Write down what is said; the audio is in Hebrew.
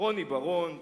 רוני בר-און,